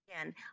again